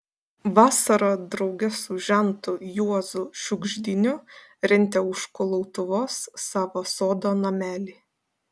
vasarą drauge su žentu juozu šiugždiniu rentė už kulautuvos savo sodo namelį